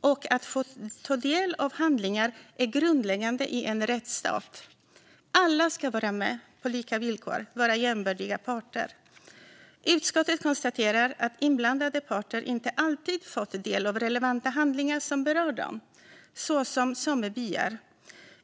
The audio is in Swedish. och att få ta del av handlingar är grundläggande i en rättsstat. Alla ska vara med på lika villkor och vara jämbördiga parter. Utskottet konstaterar att inblandade parter inte alltid fått del av relevanta handlingar som berör dem. Det gäller till exempel samebyar.